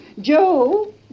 Joe